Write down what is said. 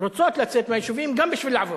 רוצות לצאת מהיישובים, גם בשביל לעבוד,